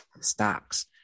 stocks